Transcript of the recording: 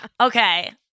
Okay